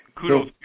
kudos